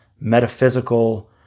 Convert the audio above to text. metaphysical